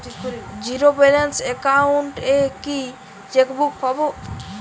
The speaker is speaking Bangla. জীরো ব্যালেন্স অ্যাকাউন্ট এ কি চেকবুক পাব?